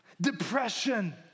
Depression